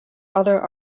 other